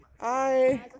Hi